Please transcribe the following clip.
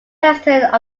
president